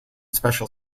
special